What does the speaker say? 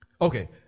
Okay